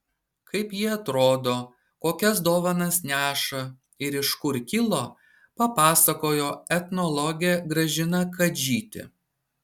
kaip ji atrodo kokias dovanas neša ir iš kur kilo papasakojo etnologė gražina kadžytė